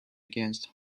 against